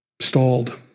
stalled